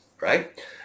right